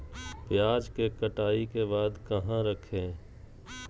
प्याज के कटाई के बाद कहा रखें?